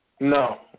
No